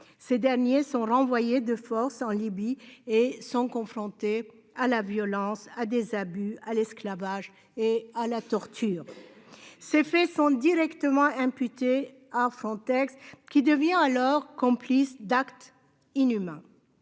Ces derniers sont renvoyés de force en Libye et sont confrontés à la violence, à des abus à l'esclavage et à la torture. Ces faits sont directement imputés à Frontex qui devient alors complice d'actes inhumains.